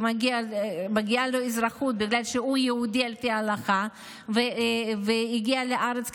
מגיעה לו אזרחות בגלל שהוא יהודי על פי ההלכה והגיע לארץ,